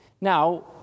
Now